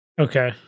Okay